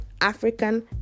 African